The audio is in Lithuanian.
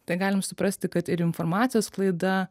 tai galim suprasti kad ir informacijos sklaida